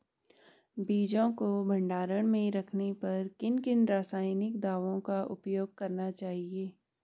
बीजों को भंडारण में रखने पर किन किन रासायनिक दावों का उपयोग करना चाहिए?